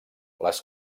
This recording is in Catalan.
les